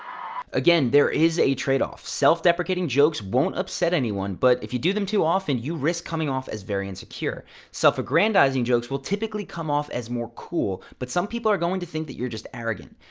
again, there is a trade-off. self-deprecating jokes won't upset anyone, but if you do them too often, you risk coming off as very insecure. self aggrandizing jokes will typically come off as more cool, but some people are going to think that you're just arrogant.